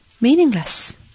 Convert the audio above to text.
meaningless